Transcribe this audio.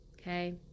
Okay